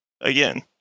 again